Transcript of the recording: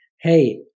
hey